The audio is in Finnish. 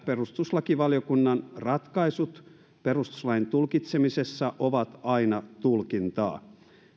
perustuslakivaliokunnan ratkaisut perustuslain tulkitsemisessa ovat aina tulkintaa